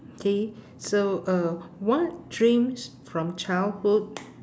okay so uh what dreams from childhood